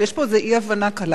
אבל יש פה איזה אי-הבנה קלה,